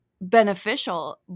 beneficial